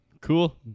cool